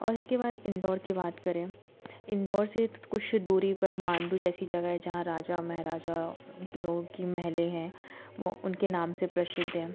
और इसके बाद इंदौर की बात करें इंदौर से तो कुछ दूरी पर मांडू जैसी जगह है जहाँ राजा महाराजा लोगों की महलें हैं वो उनके नाम से प्रसिद्ध है